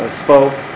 spoke